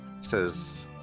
says